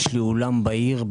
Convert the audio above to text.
יש לי אולם בעיר.